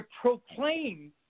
proclaim